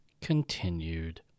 continued